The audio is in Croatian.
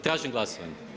Tražim glasovanje.